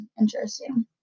Interesting